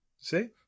See